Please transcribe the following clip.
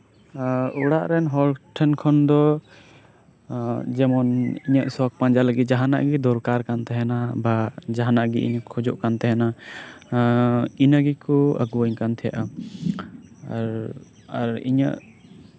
ᱟᱨ ᱚᱲᱟᱜ ᱨᱮᱱ ᱴᱷᱮᱱ ᱠᱷᱚᱱ ᱫᱚ ᱡᱮᱢᱚᱱ ᱤᱧᱟᱹᱜ ᱥᱚᱠᱷ ᱯᱟᱸᱡᱟ ᱞᱟᱹᱜᱤᱫ ᱫᱚ ᱡᱟᱸᱦᱟᱱᱟᱜ ᱜᱮ ᱫᱚᱨᱠᱟᱨ ᱠᱟᱱ ᱛᱟᱸᱦᱮᱱᱟ ᱵᱟ ᱡᱟᱸᱦᱟᱱᱟᱜ ᱜᱮ ᱤᱧ ᱠᱷᱚᱡᱚᱜ ᱠᱟᱱ ᱛᱟᱸᱦᱮᱱᱟ ᱤᱱᱟᱹ ᱜᱮᱠᱚ ᱟᱹᱜᱩᱟᱹᱧ ᱠᱟᱱ ᱛᱟᱸᱦᱮᱱᱟ ᱟᱨ ᱤᱧᱟᱹᱜ